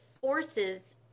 forces